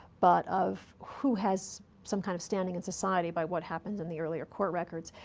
but of who has some kind of standing in society by what happened in the earlier court records.